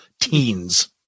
teens